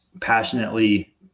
passionately